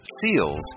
seals